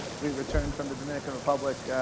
we returned from the dominican republic,